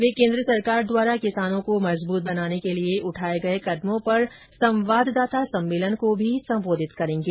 वे केन्द्र सरकार द्वारा किसानों को मजबूत बनाने के लिए उठाये गये कदमों पर एक संवाददाता सम्मेलन को भी संबोधित करेंगे